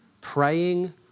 praying